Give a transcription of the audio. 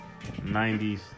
90s